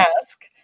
ask